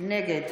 נגד